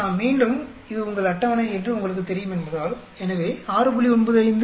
நாம் மீண்டும் இது உங்கள் அட்டவணை என்று உங்களுக்குத் தெரியுமென்பதால் எனவே 6